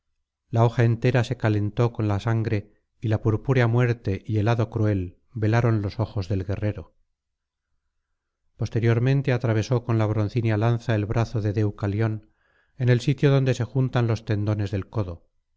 la hoja entera se calentó con la sangre y la purpúrea muerte y el hado cruel velaron los ojos del guerrero posteriormente atravesó con la broncínea lanza el brazo de deucalión en el sitio donde se juntan los tendones del codo